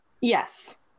Yes